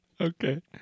Okay